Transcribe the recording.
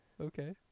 Okay